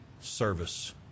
service